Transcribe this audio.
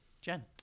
jen